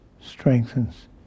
strengthens